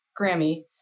Grammy